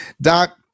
Doc